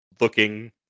looking